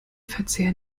verzehr